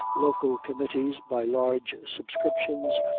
local committees, by large subscriptions,